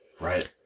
Right